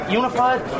unified